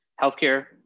healthcare